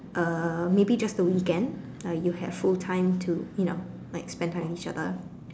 uh maybe just the weekend like you have full time to you know like spend time with each other